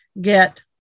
get